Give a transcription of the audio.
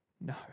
No